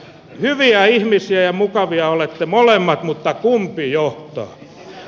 hyviä ihmisiä ja mukavia olette molemmat mutta kumpi johtaa